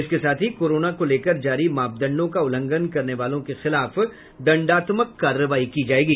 इसके साथ ही कोरोना को लेकर जारी मापदंडों का उल्लंघन करने वालों के खिलाफ दंडात्मक कार्रवाई की जायेगी